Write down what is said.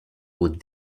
aux